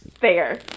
Fair